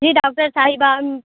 جی doctor صاحبہ